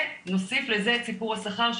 ונוסיף לזה את סיפור השכר,